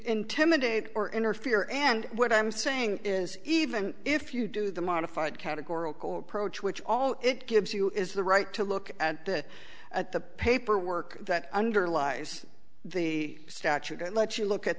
intimidate or interfere and what i'm saying is even if you do the modified categorical approach which all it gives you is the right to look at that at the paperwork that underlies the statute and let you look at